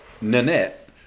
Nanette